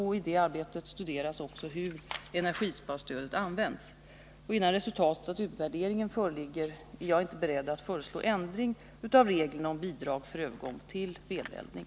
I det arbetet studeras också hur energisparstödet används. Innan resultat av utvärderingen föreligger är jag inte beredd att föreslå ändring av reglerna om bidrag för övergång till vedeldning.